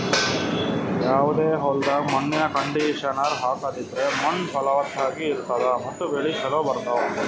ಯಾವದೇ ಹೊಲ್ದಾಗ್ ಮಣ್ಣಿನ್ ಕಂಡೀಷನರ್ ಹಾಕದ್ರಿಂದ್ ಮಣ್ಣ್ ಫಲವತ್ತಾಗಿ ಇರ್ತದ ಮತ್ತ್ ಬೆಳಿ ಚೋಲೊ ಬರ್ತಾವ್